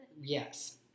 Yes